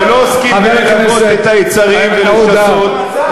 שלא עוסקים בללבות את היצרים ולכסות,